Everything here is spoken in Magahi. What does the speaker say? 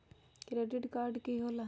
क्रेडिट कार्ड की होला?